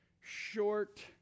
short